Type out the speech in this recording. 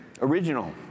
original